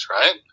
right